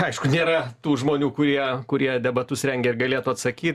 aišku nėra tų žmonių kurie kurie debatus rengia ir galėtų atsakyt